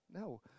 no